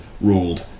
ruled